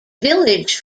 village